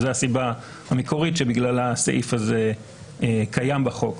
וזאת הסיבה המקורית שבגללה הסעיף הזה קיים בחוק.